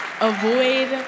avoid